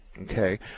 Okay